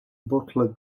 butler